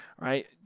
right